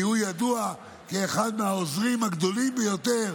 כי הוא ידוע כאחד מהעוזרים הגדולים ביותר